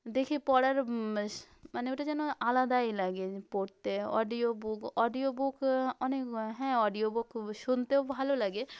দেখে পড়ার মানে মানে ওটা যেন আলাদাই লাগে পড়তে অডিও বুক অডিও বুক অনেক হ্যাঁ অডিও বুক খুব শুনতেও ভালো লাগে